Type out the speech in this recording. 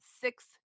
six